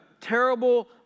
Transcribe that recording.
terrible